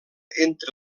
entre